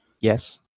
Yes